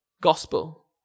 gospel